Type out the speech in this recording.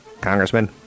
Congressman